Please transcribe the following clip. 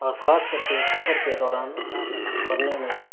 اور خاص کر کے سفر کے دوران پڑھنے میں